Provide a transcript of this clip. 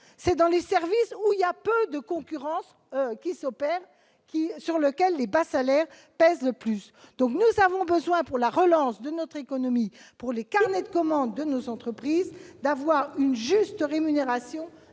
secteur des services, où il y a peu de concurrence, que les bas salaires pèsent le plus. Nous avons besoin, pour la relance de notre économie, pour les carnets de commandes de nos entreprises, d'avoir une juste rémunération